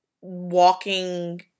walking